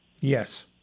Yes